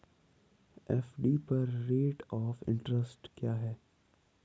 FD पर rate of interest क्या है?